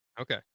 Okay